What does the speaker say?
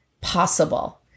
possible